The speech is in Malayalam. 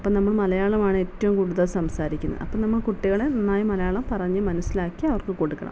അപ്പം നമ്മൾ മലയാളമാണ് ഏറ്റവും കൂടുതൽ സംസാരിക്കുന്നത് അപ്പം നമ്മൾ കുട്ടികളെ നന്നായി മലയാളം പറഞ്ഞ് മനസ്സിലാക്കി അവർക്ക് കൊടുക്കണം